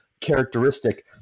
characteristic